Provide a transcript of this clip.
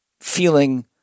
feeling